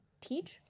teach